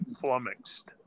flummoxed